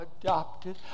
adopted